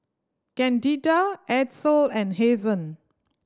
Candida Edsel and Hazen